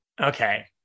Okay